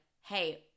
hey